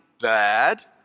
bad